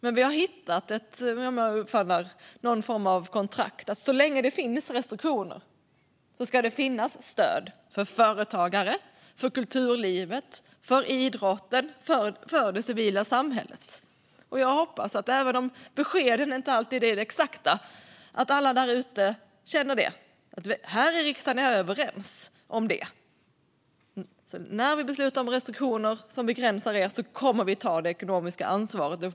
Men vi har hittat någon form av kontrakt. Så länge det finns restriktioner ska det finnas stöd för företagare, kulturlivet, idrotten och det civila samhället. Jag hoppas att även om beskeden inte alltid är exakta att alla där ute känner det. Här i riksdagen är vi överens om det. När vi beslutar om restriktioner som begränsar er kommer vi att ta det ekonomiska ansvaret.